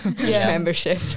membership